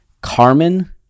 Carmen